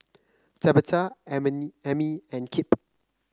Tabatha Amie and Kipp